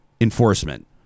enforcement